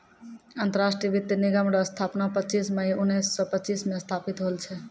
अंतरराष्ट्रीय वित्त निगम रो स्थापना पच्चीस मई उनैस सो पच्चीस मे स्थापित होल छै